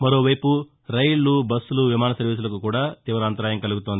మరోవైపు రైళ్లు బస్సులు విమాన సర్వీసులకు కూడా తీవ అంతరాయం కలుగుతోంది